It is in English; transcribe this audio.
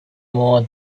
more